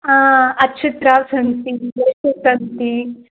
हा अच्युत्रावः सन्ति यशः सन्ति